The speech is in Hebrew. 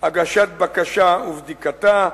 הגשת בקשה ובדיקתה,